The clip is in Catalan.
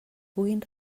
puguin